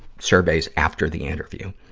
surveys after the interview.